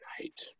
night